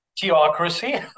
theocracy